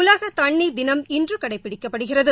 உலக தண்ணீர் தினம் இன்று கடைபிடிக்கப்படுகிறது